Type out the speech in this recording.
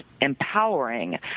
empowering